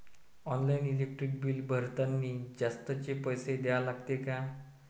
Online electric bill भरतानी जास्तचे पैसे द्या लागते का?